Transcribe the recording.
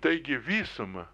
taigi visumą